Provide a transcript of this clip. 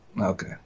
Okay